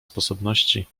sposobności